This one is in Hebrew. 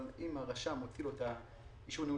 אבל אם הרשם מוציא את האישור שהוא נושא